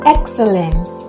Excellence